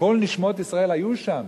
וכל נשמות ישראל היו שם,